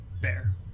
Bear